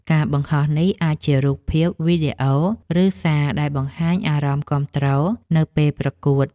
ការបង្ហោះនេះអាចជារូបភាព វីដេអូ ឬសារដែលបង្ហាញអារម្មណ៍គាំទ្រនៅពេលប្រកួត។